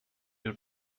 you